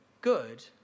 good